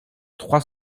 trois